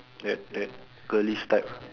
that that girlish type ah